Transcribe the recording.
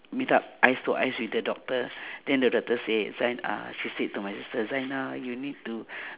meet up eyes to eyes with the doctor then the doctor say sa~ she said to my sister zaina you need to